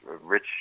rich